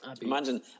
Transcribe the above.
imagine